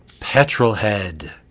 Petrolhead